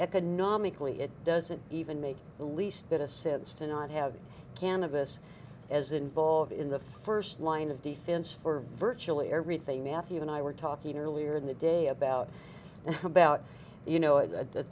economically it doesn't even make the least bit a sense to not have cannabis as involved in the first line of defense for virtually everything matthew and i were talking earlier in the day about about you know